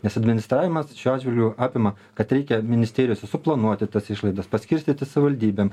nes administravimas šiuo atžvilgiu apima kad reikia ministerijose suplanuoti tas išlaidas paskirstyti savivaldybėm